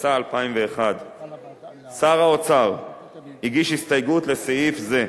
התשס"א 2001. שר האוצר הגיש הסתייגות לסעיף זה,